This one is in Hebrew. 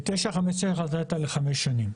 959 הייתה החלטה לחמש שנים.